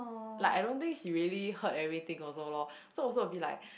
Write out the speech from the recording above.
like I don't think she really heard everything also lor so also a bit like